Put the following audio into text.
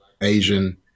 Asian